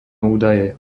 údaje